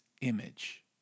image